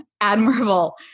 admirable